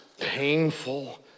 painful